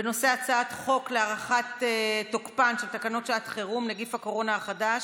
הצעת חוק להארכת תוקפן של תקנות שעת חירום (נגיף הקורונה החדש)